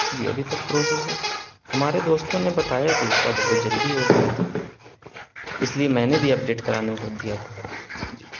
جی ابھی تک پروسیس ہے ہمارے دوستوں نے بتایا کہ اس کا بہت جلدی ہو گیا تھا اس لیے میں نے بھی اپڈیٹ کرانے کو دیا تھا جی